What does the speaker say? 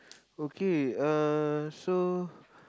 okay uh so